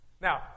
Now